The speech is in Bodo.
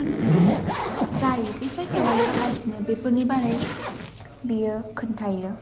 मोनसे जाय बे जायगायावहाय जागासिनो दङ बेफोरनि बागै बियो खिन्थायो